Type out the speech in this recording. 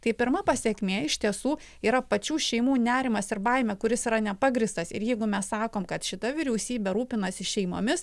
tai pirma pasekmė iš tiesų yra pačių šeimų nerimas ir baimė kuris yra nepagrįstas ir jeigu mes sakom kad šita vyriausybė rūpinasi šeimomis